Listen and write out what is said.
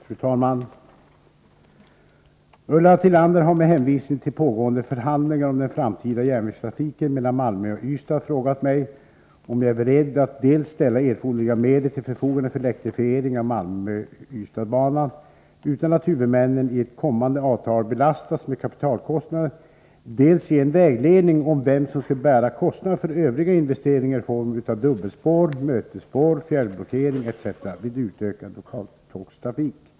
Fru talman! Ulla Tillander har med hänvisning till pågående förhandlingar om den framtida järnvägstrafiken mellan Malmö och Ystad frågat mig om jag är beredd att dels ställa erforderliga medel till förfogande för elektrifiering av Malmö-Ystad-banan, utan att huvudmännen i ett kommande avtal belastas med kapitalkostnader, dels ge en vägledning om vem som skall bära kostnaderna för övriga investeringar i form av dubbelspår, mötesspår, fjärrblockering etc. vid utökad lokaltågstrafik.